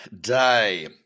day